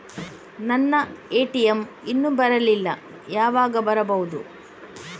ನನ್ನ ಎ.ಟಿ.ಎಂ ಇನ್ನು ಬರಲಿಲ್ಲ, ಯಾವಾಗ ಬರಬಹುದು?